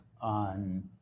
on